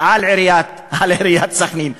על עיריית סח'נין.